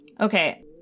Okay